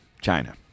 China